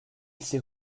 s’est